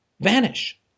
vanish